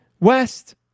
west